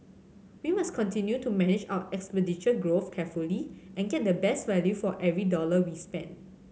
we must continue to manage our expenditure growth carefully and get the best value for every dollar we spend